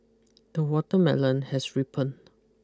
the watermelon has ripened